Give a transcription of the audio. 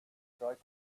strike